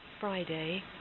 Friday